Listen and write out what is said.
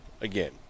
again